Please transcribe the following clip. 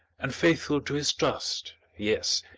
and faithful to his trust, yes,